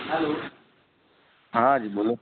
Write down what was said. hello ہاں جی بولو